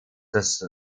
das